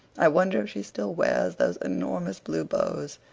i wonder if she still wears those enormous blue bows,